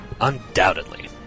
Undoubtedly